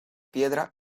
piedra